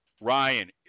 Ryan